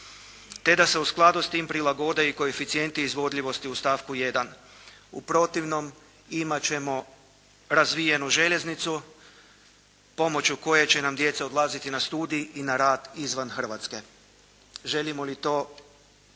te da se u skladu s tim prilagode i koeficijenti izvodljivosti u stavku 1. U protivnom, imat ćemo razvijenu željeznicu pomoću koje će nam djeca odlaziti na studij i na rad izvan Hrvatske. Želimo li to?